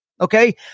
Okay